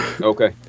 Okay